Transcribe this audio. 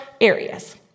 areas